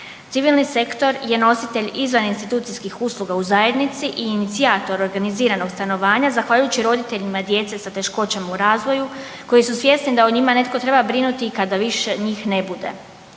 Civilni sektor je nositelj izvan institucijskih usluga u zajednici i inicijator organiziranog stanovanja zahvaljujući roditeljima djece sa teškoćama u razvoju koji su svjesni da o njim netko treba brinuti i kada više njih ne bude.